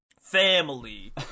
family